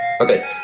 Okay